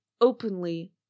openly